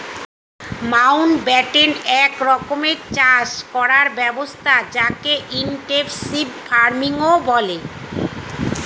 Mountbatten এক রকমের চাষ করার ব্যবস্থা যকে ইনটেনসিভ ফার্মিংও বলে